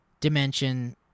dimension